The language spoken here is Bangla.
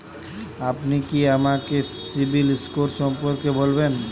আপনি কি আমাকে সিবিল স্কোর সম্পর্কে বলবেন?